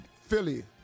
Philly